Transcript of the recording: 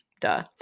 duh